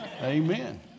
Amen